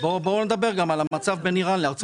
בואו נדבר גם על המצב בין איראן לארצות הברית.